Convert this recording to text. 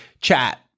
chat